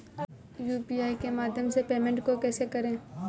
UPI के माध्यम से पेमेंट को कैसे करें?